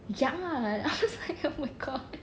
ya I was like oh my god